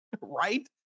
right